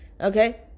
Okay